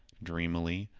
dreamily,